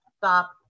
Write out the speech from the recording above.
stop